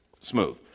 smooth